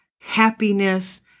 happiness